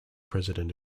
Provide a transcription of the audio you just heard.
president